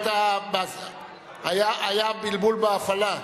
היה בלבול בהפעלה.